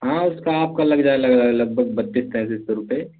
ہاں اس کا آپ کا لگ جائے لگ بھگ بتیس تینتس سو روپے